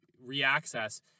re-access